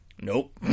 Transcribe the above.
Nope